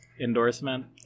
endorsement